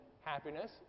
happiness